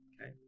Okay